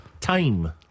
time